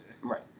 Right